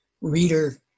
Reader